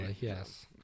yes